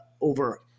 over